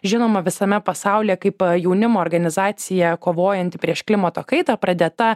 žinoma visame pasaulyje kaip jaunimo organizacija kovojanti prieš klimato kaitą pradėta